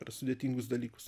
per sudėtingus dalykus